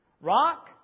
Rock